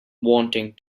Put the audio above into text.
wanting